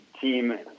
team